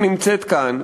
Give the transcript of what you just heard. שנמצאת כאן,